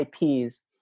IPs